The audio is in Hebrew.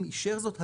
אם אישר זאת המנהל.